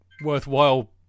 worthwhile